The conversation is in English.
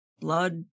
blood